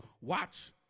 watch